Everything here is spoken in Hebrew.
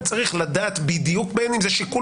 הוא צריך לדעת בדיוק - בין אם זה שיקול